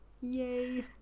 Yay